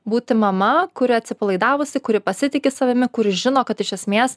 būti mama kuri atsipalaidavusi kuri pasitiki savimi kuris žino kad iš esmės